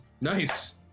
Nice